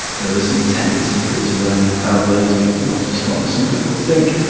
there is some tendency for it to run in families, but not as strong as some people think.